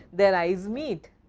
their eyes meet.